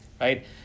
right